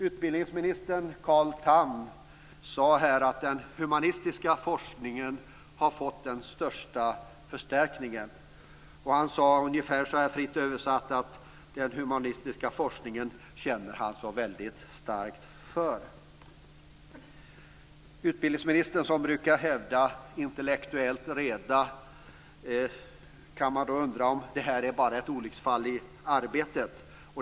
Utbildningsminister Carl Tham sade här att den humanistiska forskningen har fått den största förstärkningen. Han sade ungefär att han känner väldigt starkt för den humanistiska forskningen. Utbildningsministern brukar hävda intellektuell reda, och då kan man undra om det här bara är ett olycksfall i arbetet.